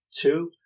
Two